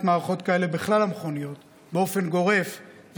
מערכות כאלה בכלל המכוניות באופן גורף,